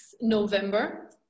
November